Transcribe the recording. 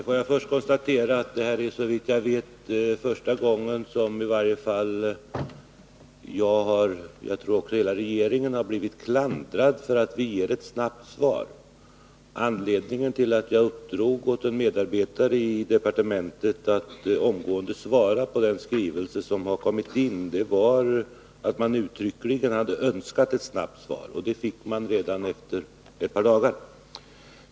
Herr talman! Detta är såvitt jag vet första gången som jag och regeringen har blivit klandrade för att vi ger ett för snabbt svar. Anledningen till att jag uppdrog åt en medarbetare i departementet att omgående svara på den skrivelse som hade kommit in var att man uttryckligen hade önskat ett snabbt svar. Det svaret fick man redan efter ett par dagar.